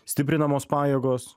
stiprinamos pajėgos